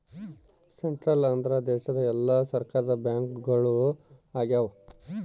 central ಅಂದ್ರ ದೇಶದ ಎಲ್ಲಾ ಸರ್ಕಾರದ ಬ್ಯಾಂಕ್ಗಳು ಆಗ್ಯಾವ